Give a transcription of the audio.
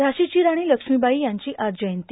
झाशीच्या राणी लक्ष्मीबाई यांची आज जयंती